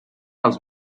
els